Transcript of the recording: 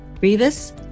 Rivas